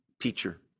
teacher